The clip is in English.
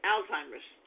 Alzheimer's